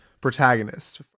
protagonist